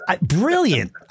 brilliant